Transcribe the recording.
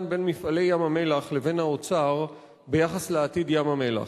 בין "מפעלי ים-המלח" לבין האוצר ביחס לעתיד ים-המלח.